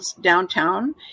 downtown